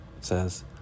says